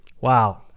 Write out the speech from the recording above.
Wow